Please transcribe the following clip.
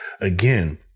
Again